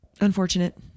unfortunate